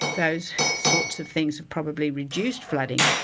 those sorts of things have probably reduced flooding,